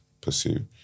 pursue